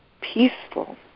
Peaceful